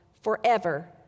forever